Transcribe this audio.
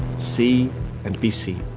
see and be seen